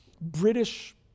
British